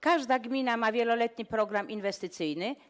Każda gmina ma wieloletni program inwestycyjny.